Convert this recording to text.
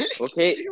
okay